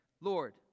lord